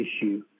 issue